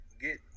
get